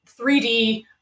3D